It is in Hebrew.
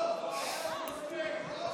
לא לא לא.